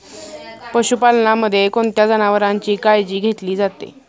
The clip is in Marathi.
पशुपालनामध्ये कोणत्या जनावरांची काळजी घेतली जाते?